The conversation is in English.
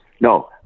No